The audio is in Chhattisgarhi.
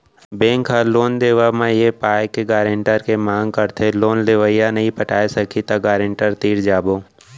बेंक ह लोन देवब म ए पाय के गारेंटर के मांग करथे लोन लेवइया नइ पटाय सकही त गारेंटर तीर जाबो